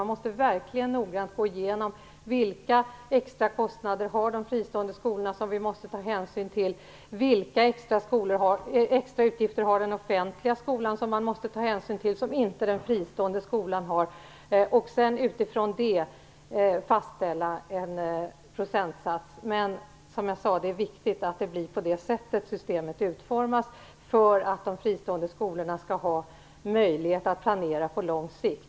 Man måste verkligen noggrant gå igenom vilka extra kostnader som de fristående skolorna har och som vi måste ta hänsyn till. Vilka extra utgifter har den offentliga skolan som man måste ta hänsyn till och som inte den fristående skolan har? Utifrån detta får man sedan fastställa en procentsats. Och som jag sade är det viktigt att systemet utformas så att de fristående skolorna skall ha möjlighet att planera på lång sikt.